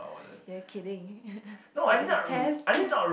you are kidding it was a test